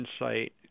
insight